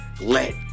let